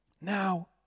Now